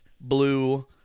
blue